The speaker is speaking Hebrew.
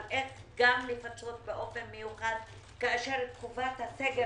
על איך גם לפצות באופן מיוחד כאשר תקופת הסגר